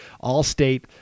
All-State